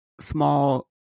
small